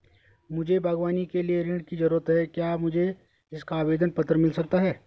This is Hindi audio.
मुझे बागवानी के लिए ऋण की ज़रूरत है क्या मुझे इसका आवेदन पत्र मिल सकता है?